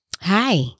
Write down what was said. Hi